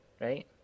right